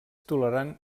tolerant